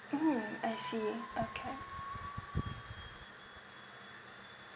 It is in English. mm I see okay